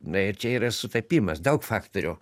na ir čia yra sutapimas daug faktorių